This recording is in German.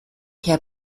herr